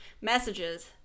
messages